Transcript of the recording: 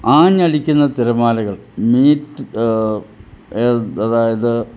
ആഞ്ഞടിക്കുന്ന തിരമാലകൾ മീറ്റ് അതായത്